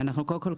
קודם כול,